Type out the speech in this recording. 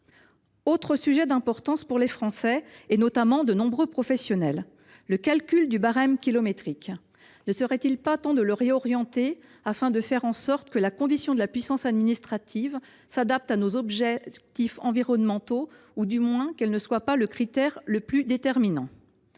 autre sujet d’importance pour les Français et notamment pour de nombreux professionnels : le calcul du barème kilométrique. Ne serait il pas temps de réorienter ce dispositif afin que le critère de la puissance administrative s’adapte à nos objectifs environnementaux, ou du moins que celui ci ne soit pas le critère le plus déterminant ?